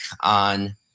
on